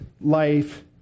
life